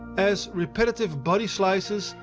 as repetitive body slices,